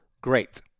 great